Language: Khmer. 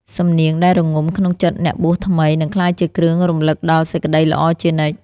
សំនៀងដែលរងំក្នុងចិត្តអ្នកបួសថ្មី នឹងក្លាយជាគ្រឿងរំលឹកដល់សេចក្ដីល្អជានិច្ច។